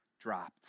dropped